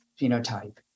phenotype